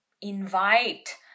invite